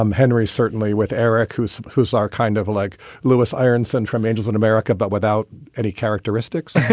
um henry certainly with eric who's who's our kind of like lewis iron son from angels in america, but without any characteristics